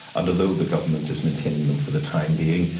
and although the government is maintaining them for the time being,